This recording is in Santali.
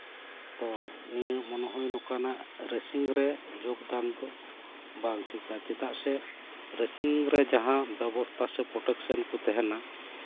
ᱛᱚ ᱱᱤᱭᱟᱹ ᱢᱚᱱᱮ ᱦᱩᱭᱩᱜ ᱠᱟᱱᱟ ᱨᱮᱥᱤᱝ ᱨᱮ ᱡᱳᱜᱽᱫᱟᱱ ᱫᱚ ᱵᱟᱝ ᱴᱷᱤᱠᱟ ᱪᱮᱫᱟᱜ ᱥᱮ ᱨᱮᱥᱤᱝ ᱨᱮ ᱡᱟᱦᱟᱸ ᱵᱚᱱᱫᱮᱡ ᱥᱮ ᱯᱨᱳᱴᱮᱠᱥᱮᱱ ᱠᱚ ᱛᱟᱦᱮᱸᱱᱟ